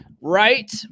right